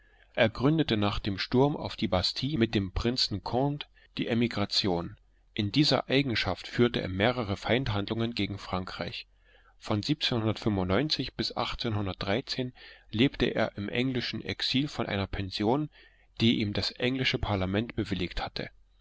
er gründete nach dem sturm auf die bastille mit dem prinzen cond die emigration in dieser eigenschaft führte er mehrere feindhandlungen gegen frankreich von lebte er im englischen exil von einer pension die ihm das englische parlament bewilligt hatte